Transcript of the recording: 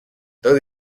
though